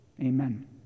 Amen